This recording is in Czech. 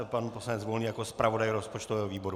Pan poslanec Volný jako zpravodaj rozpočtového výboru.